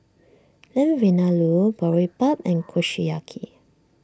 Lamb Vindaloo Boribap and Kushiyaki